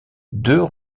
deux